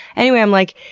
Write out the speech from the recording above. anyway, i'm like,